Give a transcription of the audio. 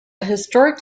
historic